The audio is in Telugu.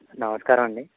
నమస్కారము అండి